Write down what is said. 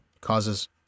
causes